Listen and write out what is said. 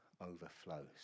overflows